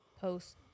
post